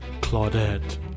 Claudette